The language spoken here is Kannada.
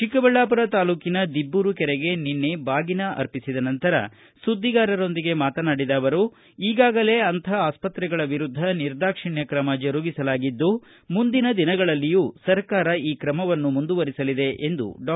ಚಿಕ್ಕಬಳ್ಯಾಪುರ ತಾಲ್ಲೂಕಿನ ದಿಬ್ಲೂರು ಕೆರೆಗೆ ನಿನ್ನೆ ಬಾಗಿನ ಅರ್ಪಿಸಿದ ನಂತರ ಸುದ್ದಿಗಾರರೊಂದಿಗೆ ಮಾತನಾಡಿದ ಅವರು ಈಗಾಗಲೇ ಅಂತಹ ಆಸ್ಪತ್ತೆಗಳ ವಿರುದ್ಧ ನಿರ್ದಾಕ್ಷಿಣ್ಯ ಕ್ರಮ ಜರುಗಿಸಲಾಗಿದ್ದು ಮುಂದಿನ ದಿನಗಳಲ್ಲಿಯೂ ಸರ್ಕಾರ ಈ ಕ್ರಮವನ್ನು ಮುಂದುವರೆಸಲಿದೆ ಎಂದು ಡಾ